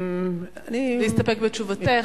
להסתפק בתשובתך?